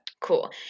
Cool